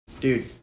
dude